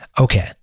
Okay